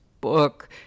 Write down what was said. book